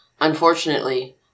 Unfortunately